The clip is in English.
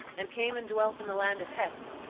and came and dwelt in the land of heth.